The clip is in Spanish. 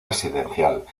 residencial